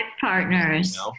partners